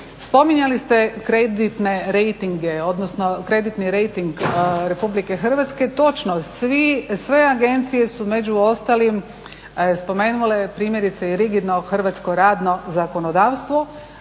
Spominjali ste kreditne rejtinge, odnosno kreditni rejting RH. Točno sve agencije su među ostalim spomenule, primjerice rigidno u Hrvatskoj radno zakonodavstvo,